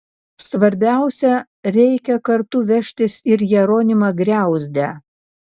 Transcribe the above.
svarbiausia reikia kartu vežtis ir jeronimą griauzdę